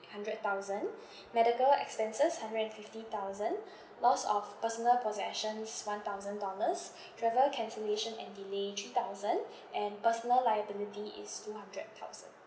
hundred thousand medical expenses hundred and fifty thousand loss of personal possessions one thousand dollars travel cancellation and delay three thousand and personal liability is two hundred thousand